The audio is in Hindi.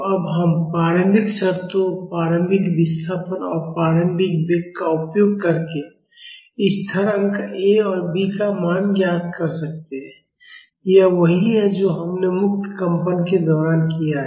तो अब हम प्रारंभिक शर्तों प्रारंभिक विस्थापन और प्रारंभिक वेग का उपयोग करके स्थिरांक A और B का मान ज्ञात कर सकते हैं यह वही है जो हमने मुक्त कंपन के दौरान किया है